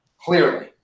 clearly